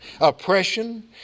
oppression